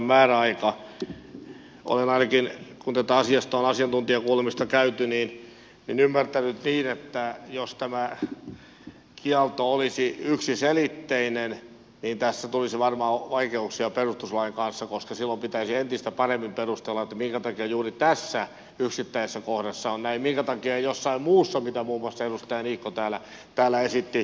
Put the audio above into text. olen ainakin kun tästä asiasta on asiantuntijakuulemista käyty ymmärtänyt niin että jos tämä kielto olisi yksiselitteinen niin tässä tulisi varmaan vaikeuksia perustuslain kanssa koska silloin pitäisi entistä paremmin perustella minkä takia juuri tässä yksittäisessä kohdassa on näin minkä takia jossain muussa mitä muun muassa edustaja niikko täällä esitti